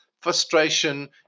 frustration